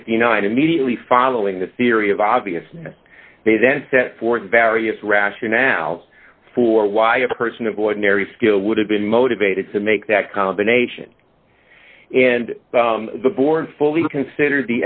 fifty nine immediately following the theory of obviousness they then set forth various rationales for why a person of ordinary skill would have been motivated to make that combination and the board fully considered